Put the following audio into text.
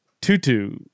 Tutu